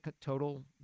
total